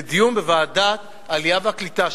לדיון בוועדת העלייה והקליטה,